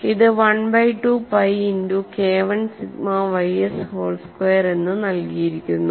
ഇത് 1 by 2 pi into KI sigma ys whole square എന്ന് നൽകിക്കുന്നു